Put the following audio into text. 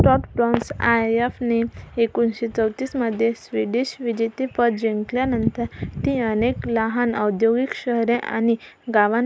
Slottsbrons आय एफने एकोणीशे चौतीसमध्ये स्वीडिश विजेतेपद जिंकल्यानंतर ती अनेक लहान औद्योगिक शहरे आणि गावांमध्ये कामगारांमध्ये लोकप्रिय झाली